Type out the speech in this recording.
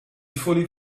fully